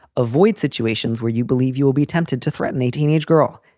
avoid situations where you believe you will be tempted to threaten a teenage girl.